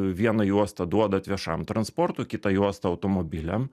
viena juosta duodat viešam transportui kitą juostą automobiliam